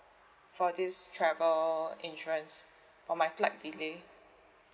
for this travel insurance for my flight delay